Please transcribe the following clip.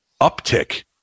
uptick